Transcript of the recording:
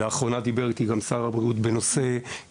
לאחרונה דיבר איתי שר הבריאות ספציפית